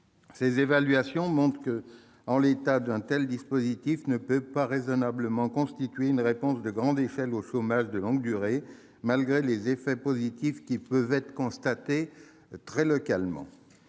Ces évaluations montrent que, en l'état, un tel dispositif ne peut pas raisonnablement constituer une réponse de grande échelle au chômage de longue durée, malgré les effets positifs qui peuvent être constatés localement.